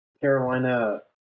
Carolina